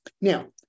Now